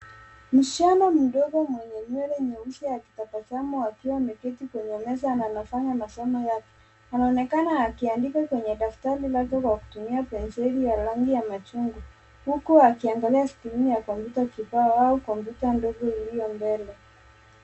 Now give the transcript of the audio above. Msichana mdogo mwenye nywele nyeusi akitabasamu, akiwa ameketi kwenye meza na anafanya masomo Yake. Anaonekana akiandika kwenye daftari lake kwa kutumia penseli ya rangi ya machungwa huku akiangiangalia skrini ya kupandikwa ubao au kompyuta ndogo iliyo mbele